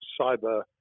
cyber